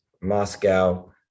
Moscow